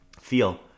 feel